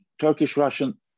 Turkish-Russian